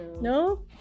No